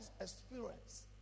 experience